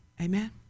Amen